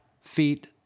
feet